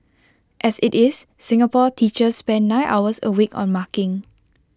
as IT is Singapore teachers spend nine hours A week on marking